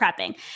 prepping